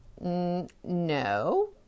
no